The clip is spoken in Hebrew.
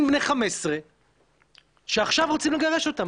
בני חמש עשרה שעכשיו רוצים לגרש אותם,